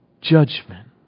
judgment